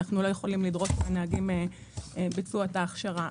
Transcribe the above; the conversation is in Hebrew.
אנחנו לא יכולים לדרוש מהנהגים ביצוע של ההכשרה.